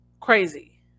crazy